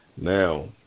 now